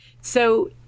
So-